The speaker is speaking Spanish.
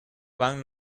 van